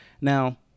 Now